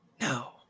no